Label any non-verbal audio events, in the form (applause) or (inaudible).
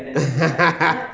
(laughs)